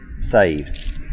saved